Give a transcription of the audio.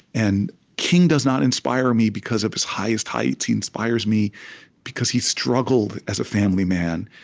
and king does not inspire me because of his highest height, he inspires me because he struggled as a family man.